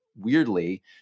weirdly